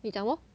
你讲什么